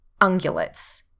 ungulates